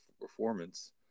performance